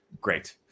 Great